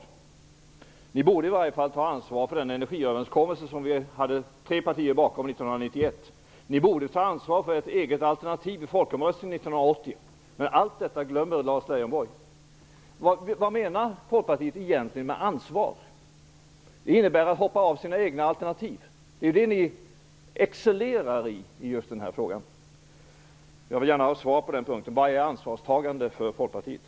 Folkpartiet borde i varje fall ta ansvar för den energiöverenskommelse som vi var tre partier bakom 1991, och det borde ta ansvar för sitt eget alternativ i folkomröstningen 1980, men allt detta glömmer Lars Leijonborg. Vad menar Folkpartiet egentligen med ansvar? Innebär det att hoppa av sina egna alternativ? Det är ju det Folkpartiet excellerar i i just den här frågan. Jag vill gärna ha svar på den punkten: Vad är ansvarstagande för Folkpartiet?